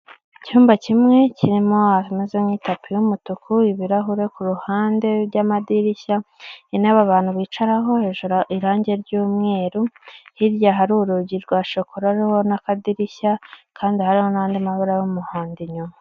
Icyumba kimwe kirimo ahameze nk'itapi y'umutuku, ibirahure ku ruhande by'amadirishya, intebe abantutu bicaraho hejuru irangi ry'umweru, hirya hari urugi rwa shakora n'akadirishya kandi hariho n'andi mabara y'umuhondo inyuma.